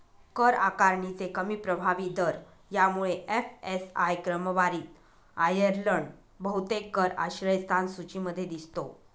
कर आकारणीचे कमी प्रभावी दर यामुळे एफ.एस.आय क्रमवारीत आयर्लंड बहुतेक कर आश्रयस्थान सूचीमध्ये दिसतो